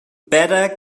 better